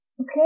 Okay